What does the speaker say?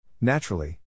Naturally